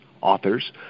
authors